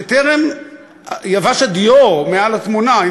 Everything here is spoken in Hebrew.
בטרם יבש הדיו מעל התמונה,